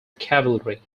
cavalry